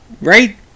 right